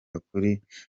akurikije